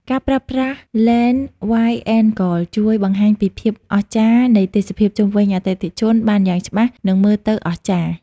ការប្រើប្រាស់ឡេន Wide-angle ជួយបង្ហាញពីភាពអស្ចារ្យនៃទេសភាពជុំវិញអតិថិជនបានយ៉ាងច្បាស់ និងមើលទៅអស្ចារ្យ។